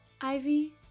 Ivy